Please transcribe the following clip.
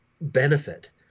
benefit